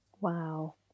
wow